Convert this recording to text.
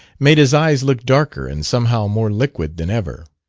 made his eyes look darker and somehow more liquid than ever.